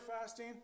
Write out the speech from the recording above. fasting